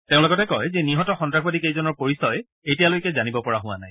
তেওঁ লগতে কয় যে নিহত সন্তাসবাদী কেইজনৰ পৰিচয় এতিয়ালৈকে জানিব পৰা হোৱা নাই